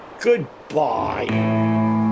Goodbye